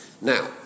Now